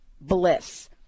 bliss